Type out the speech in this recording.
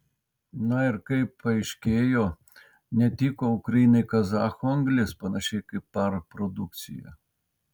na ir kaip paaiškėjo netiko ukrainai kazachų anglis panašiai kaip par produkcija